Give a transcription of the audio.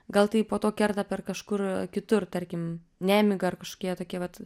gal tai po to kerta per kažkur kitur tarkim nemiga ar kažkokie tokie vat